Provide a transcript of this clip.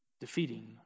defeating